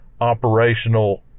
operational